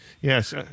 Yes